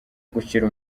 gushyira